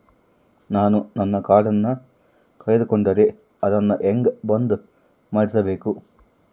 ನಾನು ನನ್ನ ಕಾರ್ಡನ್ನ ಕಳೆದುಕೊಂಡರೆ ಅದನ್ನ ಹೆಂಗ ಬಂದ್ ಮಾಡಿಸಬೇಕು?